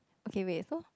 okay wait so